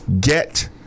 Get